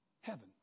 Heaven